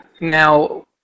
Now